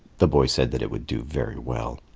the boy said that it would do very well.